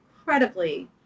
incredibly